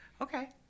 okay